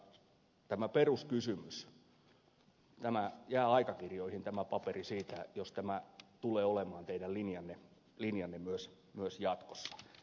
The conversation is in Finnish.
mutta tämä peruskysymys jää aikakirjoihin tämä paperi siitä jos tämä tulee olemaan teidän linjanne myös jatkossa